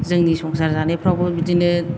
जोंनि संसार जानायफ्रावबो बिदिनो